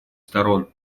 сторон